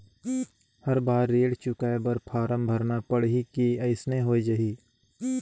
हर बार ऋण चुकाय बर फारम भरना पड़ही की अइसने हो जहीं?